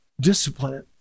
Discipline